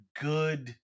good